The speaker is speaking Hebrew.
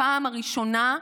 בפעם הראשונה,